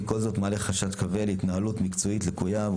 מעלה חדש כבד על התנהלות מקצועית לקויה,